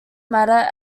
matter